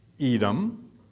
Edom